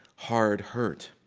hard hurt.